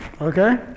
okay